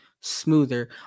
smoother